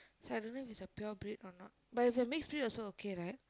so I don't know if it's a pure breed or not but if it's a mixed breed also okay right